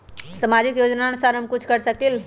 सामाजिक योजनानुसार हम कुछ कर सकील?